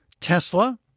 Tesla